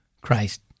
Christ